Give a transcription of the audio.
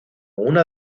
una